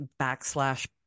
backslash